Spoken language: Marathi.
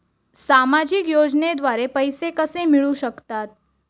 सामाजिक योजनेद्वारे पैसे कसे मिळू शकतात?